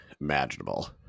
imaginable